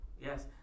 yes